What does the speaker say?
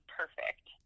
perfect